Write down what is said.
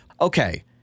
Okay